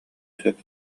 сөп